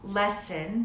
lesson